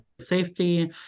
safety